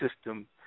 system